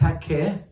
take